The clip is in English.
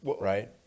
right